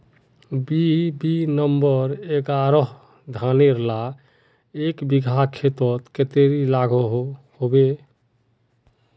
BB number एगारोह धानेर ला एक बिगहा खेतोत कतेरी लागोहो होबे?